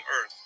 earth